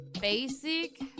basic